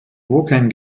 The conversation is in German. vaughan